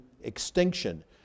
extinction